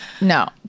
No